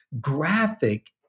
graphic